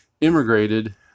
immigrated